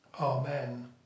Amen